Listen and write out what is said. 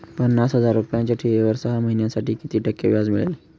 पन्नास हजार रुपयांच्या ठेवीवर सहा महिन्यांसाठी किती टक्के व्याज मिळेल?